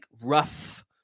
rough